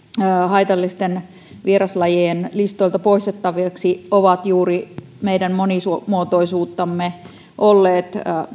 haitallisten vieraslajien listoilta poistettaviksi ovat juuri meidän monimuotoisuuttamme olleet